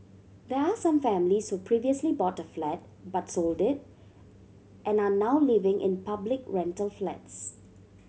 there are some families who previously bought a flat but sold it and are now living in public rental flats